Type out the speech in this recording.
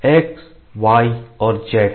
x y और z है